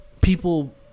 people